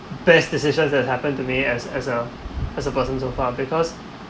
best decisions that happen to me as as a as a person so far because